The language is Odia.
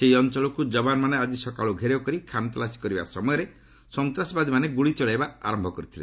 ସେହି ଅଞ୍ଚଳକୁ ଯବାନମାାନେ ଆଜି ସକାଲୁ ଘେରାଉ କରି ଖାନତଲାସୀ କରିବା ସମୟରେ ସନ୍ତାସବାଦୀମାନେ ଗୁଳି ଚଳେଇବା ଆରମ୍ଭ କରିଥିଲେ